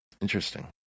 interesting